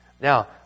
Now